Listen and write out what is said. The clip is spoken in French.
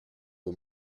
aux